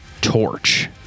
torch